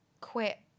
quit